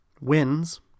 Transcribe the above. wins